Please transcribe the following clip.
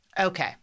Okay